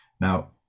Now